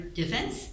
defense